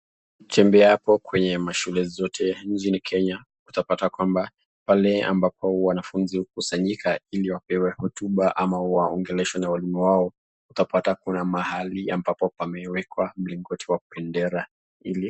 Tembea hapo kwenye mashule zote , kenya , utapata kwamba pale ambako wanafunzi ukusanyika ili wapewe hotuba ama waongeleshwe na walimu wao, utapata kuna mahali ambapo pamewekwa mlingoti wa bendera ili ...